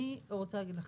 אני רוצה להגיד לכם,